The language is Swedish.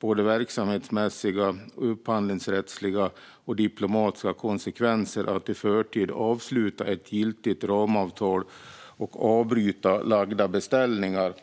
både verksamhetsmässiga och upphandlingsrättsliga men också diplomatiska konsekvenser att i förtid avsluta ett giltigt ramavtal och avbryta lagda beställningar.